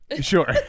Sure